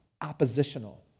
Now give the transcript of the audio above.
oppositional